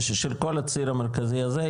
של כל הציר המרכזי הזה,